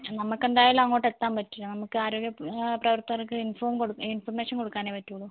പക്ഷേ നമുക്ക് എന്തായാലും അങ്ങോട്ട് എത്താൻ പറ്റില്ല നമുക്ക് ആരോഗ്യ പ്രവർത്തകർക്ക് ഇൻഫോം കൊ ഇൻഫോർമേഷൻ കൊടുക്കാനേ പറ്റുള്ളൂ